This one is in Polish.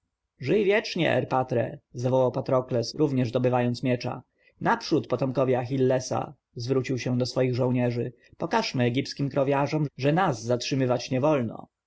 żyj wiecznie erpatre zawołał patrokles również dobywając miecza naprzód potomkowie achillesa zwrócił się do swoich żołnierzy pokażmy egipskim krowiarzom że nas zatrzymywać nie wolno